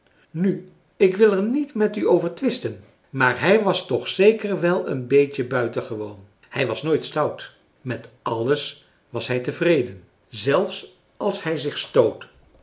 nu ik wil er niet met u over twisten maar hij was toch zeker wel een beetje buitengewoon hij was nooit stout met alles was hij tevreden zelfs als hij zich stootte